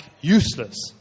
useless